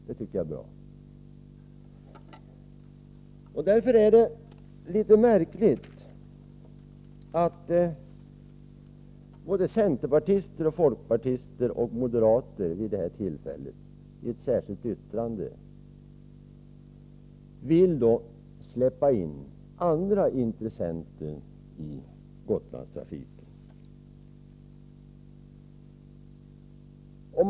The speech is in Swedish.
Det är därför litet märkligt att centerpartister, folkpartister och moderater vid detta tillfälle i ett särskilt yttrande vill släppa in andra intressenter i Gotlandstrafiken.